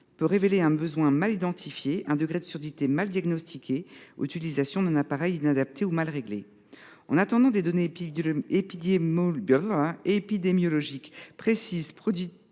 peut révéler un besoin mal identifié, un degré de surdité mal diagnostiqué, ou l’utilisation d’un appareil inadapté ou mal réglé. En attendant que les pouvoirs publics